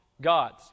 God's